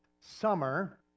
summer